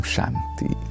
Shanti